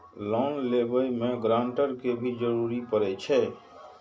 Loan लेबे में guarantor के भी जरूरी परे छै?